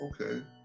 okay